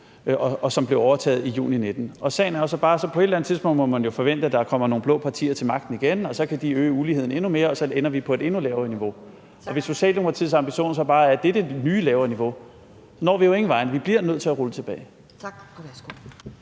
som blev overtaget i juni 2019. Sagen er jo så bare, at på et eller andet tidspunkt må man forvente, at der kommer nogle blå partier til magten igen, og så kan de øge uligheden endnu mere, og så ender vi på et endnu lavere niveau, og hvis Socialdemokratiets ambition så bare er, at det er det nye lavere niveau, når vi jo ingen vegne. Vi bliver nødt til at rulle tilbage.